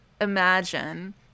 imagine